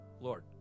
Lord